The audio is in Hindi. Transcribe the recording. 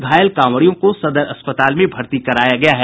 घायल कांवरियों को सदर अस्पताल में भर्ती कराया गया है